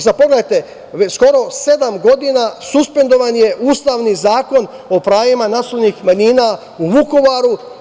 Sad vi pogledajte, skoro sedam godina suspendovan je ustavni Zakon o pravima nacionalnih manjina u Vukovaru.